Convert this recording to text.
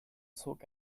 zog